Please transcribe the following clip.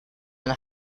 and